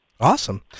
Awesome